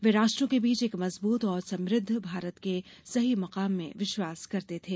वे राष्ट्रों के बीच एक मजबूत और समुद्ध भारत के सही मुकाम में विश्वास करते थे